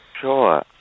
Sure